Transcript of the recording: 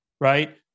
right